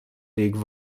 league